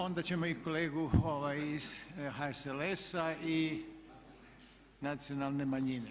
Onda ćemo i kolegu iz HSLS-a i nacionalne manjine.